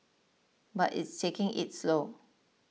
but it's taking its slow